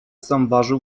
zauważył